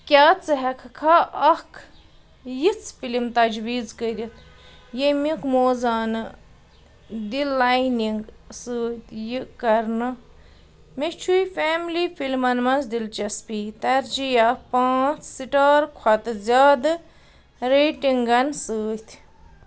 کیٛاہ ژٕ ہٮ۪کہٕ کھا اَکھ یِژھ فِلم تجویٖز کٔرِتھ ییٚمیُک موازنہٕ دِ لاینِنٛگ سۭتۍ یہِ کَرنہٕ مےٚ چھُے فیملی فِلمَن منٛز دِلچسپی ترجیٖح یا پانٛژھ سِٹار کھۄتہٕ زیادٕ ریٹِنٛگَن سۭتۍ